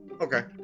okay